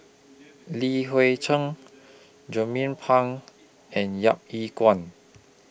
Li Hui Cheng Jernnine Pang and Yap Ee